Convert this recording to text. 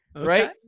Right